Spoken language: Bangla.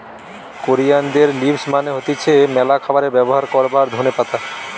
কোরিয়ানদের লিভস মানে হতিছে ম্যালা খাবারে ব্যবহার করবার ধোনে পাতা